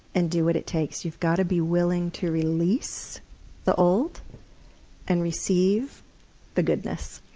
and do what it takes. you've got to be willing to release the old and receive the goodness.